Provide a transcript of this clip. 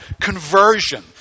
conversion